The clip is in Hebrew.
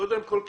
קודם כול,